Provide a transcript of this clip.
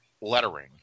lettering